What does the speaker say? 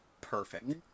perfect